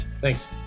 Thanks